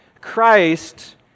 Christ